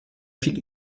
viel